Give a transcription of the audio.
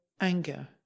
anger